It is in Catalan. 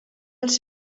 els